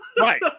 Right